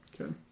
okay